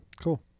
cool